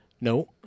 No